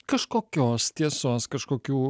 kažkokios tiesos kažkokių